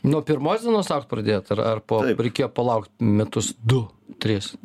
nuo pirmos dienos augt pradėjot ar po ar reikėjo palaukt metus du tris